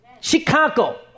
Chicago